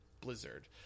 blizzard